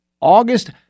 August